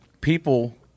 people